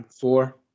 four